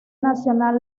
nacional